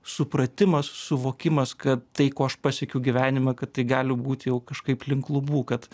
supratimas suvokimas kad tai ko aš pasiekiu gyvenime kad tai gali būt jau kažkaip link lubų kad